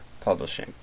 Publishing